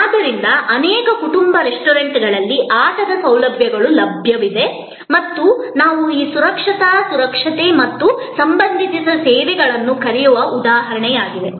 ಆದ್ದರಿಂದ ಅನೇಕ ಕುಟುಂಬ ರೆಸ್ಟೋರೆಂಟ್ಗಳಲ್ಲಿ ಆಟದ ಸೌಲಭ್ಯಗಳು ಲಭ್ಯವಿದೆ ಮತ್ತು ಇದು ನಾವು ಈ ಸುರಕ್ಷತಾ ಸುರಕ್ಷತೆ ಮತ್ತು ಸಂಬಂಧಿತ ಸೇವೆಗಳನ್ನು ಕರೆಯುವ ಉದಾಹರಣೆಯಾಗಿದೆ